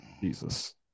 Jesus